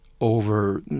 over